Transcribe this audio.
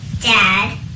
dad